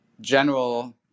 general